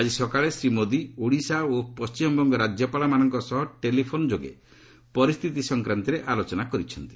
ଆଜି ସକାଳେ ଶ୍ରୀ ମୋଦି ଓଡ଼ିଶା ଓ ପଣ୍ଢିମବଙ୍ଗ ରାଜ୍ୟପାଳମାନଙ୍କ ସହ ଟେଲିଫୋନ୍ ଯୋଗେ ପରିସ୍ଥିତ ସଂକ୍ରାନ୍ତରେ ଆଲୋଚନା କରିଛନ୍ତି